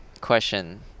question